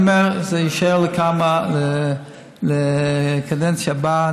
לכן אני אומר, זה יישאר לקדנציה הבאה.